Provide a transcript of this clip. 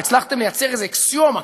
הצלחתם לייצר איזו אקסיומה,